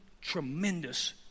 tremendous